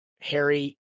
Harry